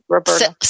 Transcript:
Roberta